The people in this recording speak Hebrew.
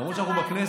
למרות שאנחנו בכנסת,